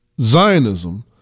Zionism